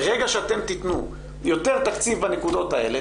ברגע שאתם תתנו יותר תקציב בנקודות האלה,